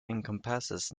encompasses